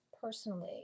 personally